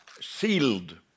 sealed